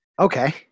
Okay